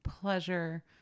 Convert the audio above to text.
pleasure